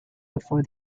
before